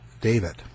David